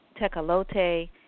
Tecalote